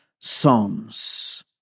psalms